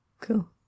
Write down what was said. Cool